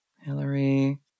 Hillary